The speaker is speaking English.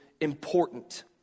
important